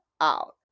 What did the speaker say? out